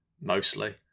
mostly